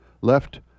left